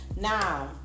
Now